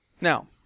Now